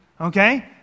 okay